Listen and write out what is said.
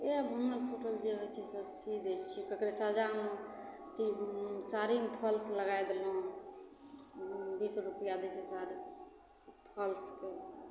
जे फाँगल फूटल जे होइ छै सब सी दै छियै ककरो साया अथी साड़ीमे फॉल्स लगाय देलहुँ बीस रूपैआ दै छै फॉल्सके